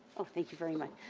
thank you very much,